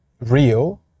real